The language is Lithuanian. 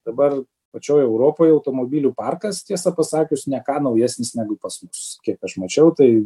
dabar pačioj europoj automobilių parkas tiesą pasakius ne ką naujesnis negu pas mus kiek aš mačiau tai